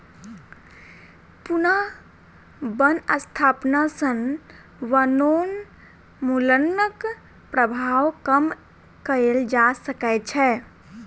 पुनः बन स्थापना सॅ वनोन्मूलनक प्रभाव कम कएल जा सकै छै